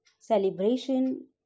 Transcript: Celebration